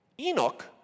Enoch